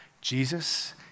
Jesus